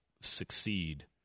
succeed